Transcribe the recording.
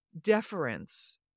deference